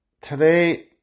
today